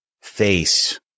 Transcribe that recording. face